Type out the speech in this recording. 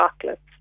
chocolates